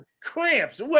cramps